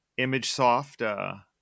ImageSoft